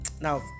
Now